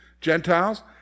Gentiles